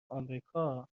آمریکا